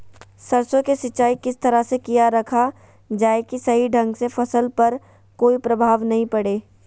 सरसों के सिंचाई किस तरह से किया रखा जाए कि सही ढंग से फसल पर कोई प्रभाव नहीं पड़े?